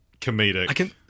comedic